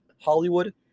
hollywood